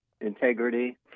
integrity